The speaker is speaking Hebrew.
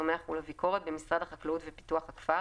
הצומח ולביקורת במשרד החקלאות ופיתוח הכפר